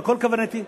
וכל כוונתי,